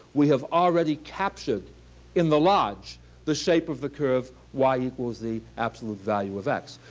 we have already captured in the large the shape of the curve y equals the absolute value of x,